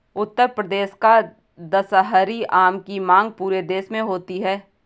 उत्तर प्रदेश का दशहरी आम की मांग पूरे देश में होती है